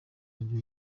ibyo